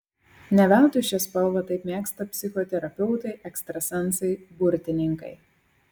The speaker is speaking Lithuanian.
ne veltui šią spalvą taip mėgsta psichoterapeutai ekstrasensai burtininkai